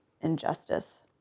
injustice